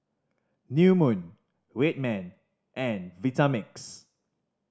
New Moon Red Man and Vitamix